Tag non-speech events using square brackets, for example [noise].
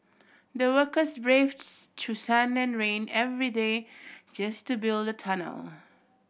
the workers braved [unintelligible] through sun and rain every day just to build the tunnel